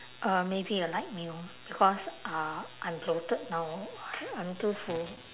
uh maybe a light meal because uh I'm bloated now I'm too full